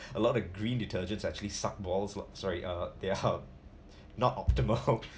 a lot of green detergents actually suck balls sorry uh there are not optimal